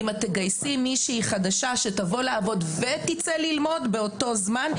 אם את תגייסי מישהי חדשה שתבוא לעבוד ותצא ללמוד באותו זמן,